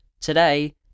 today